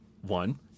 one